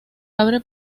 abre